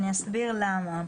אני אסביר למה.